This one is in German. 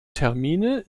termine